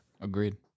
Agreed